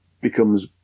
becomes